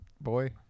boy